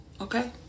okay